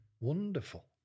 Wonderful